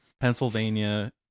Pennsylvania